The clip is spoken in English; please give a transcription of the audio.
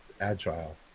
agile